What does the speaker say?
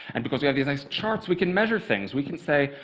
and because we have these nice charts, we can measure things. we can say,